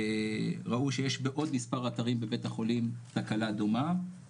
ראו שיש בעוד מספר אתרים בבית החולים תקלה דומה.